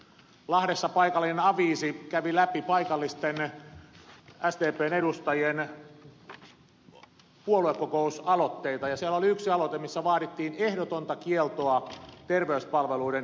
lahdessa paikallinen aviisi kävi läpi paikallisten sdpn edustajien puoluekokousaloitteita ja siellä oli yksi aloite jossa vaadittiin ehdotonta kieltoa terveyspalveluiden yksityistämiselle